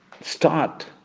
start